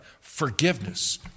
Forgiveness